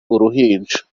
uruhinja